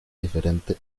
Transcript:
diferente